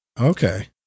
Okay